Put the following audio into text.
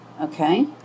okay